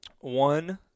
One